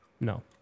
No